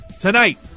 tonight